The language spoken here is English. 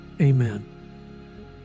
Amen